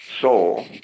Soul